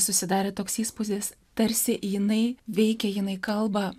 susidarė toks įspūdis tarsi jinai veikia jinai kalba